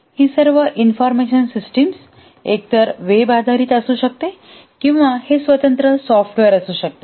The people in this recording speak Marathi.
ही सर्व इन्फॉर्मेशन सिस्टिम एकतर वेब आधारित असू शकते किंवा हे स्वतंत्र सॉफ्टवेअर असू शकते